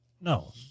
No